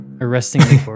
arrestingly